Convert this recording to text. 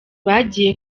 bagiye